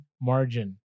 margin